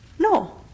No